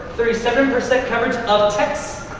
thirty seven percent coverage of texts.